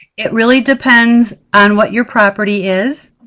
it really depends on what your property is.